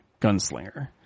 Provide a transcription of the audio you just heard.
gunslinger